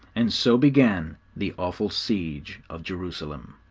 and so began the awful siege of jerusalem.